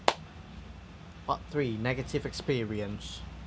part three negative experience